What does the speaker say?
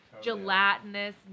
gelatinous